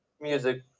music